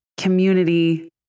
Community